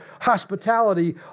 hospitality